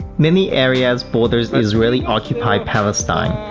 many areas borders israeli-occupied palestine,